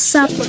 Sup